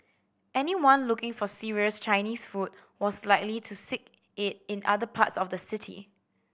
anyone looking for serious Chinese food was likely to seek it in other parts of the city